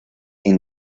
una